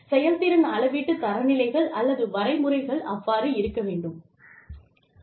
செயல்திறன் அளவீட்டுத் தரநிலைகள் அல்லது வரைமுறைகள் அவ்வாறு இருக்க வேண்டும்